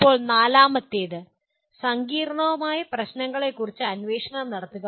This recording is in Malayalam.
ഇപ്പോൾ നാലാമത്തേത് സങ്കീർണ്ണമായ പ്രശ്നങ്ങളെക്കുറിച്ച് അന്വേഷണം നടത്തുക